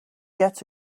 get